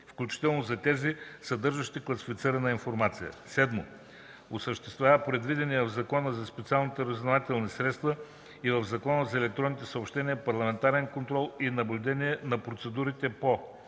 включително на тези, съдържащи класифицирана информация; 7. осъществява предвидения в Закона за специалните разузнавателни средства и в Закона за електронните съобщения парламентарен контрол и наблюдение на процедурите по: